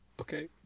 Okay